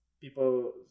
people